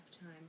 time